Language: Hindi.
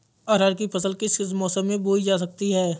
अरहर की फसल किस किस मौसम में बोई जा सकती है?